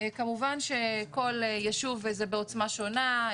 כמובן שכל ישוב זה בעוצמה שונה,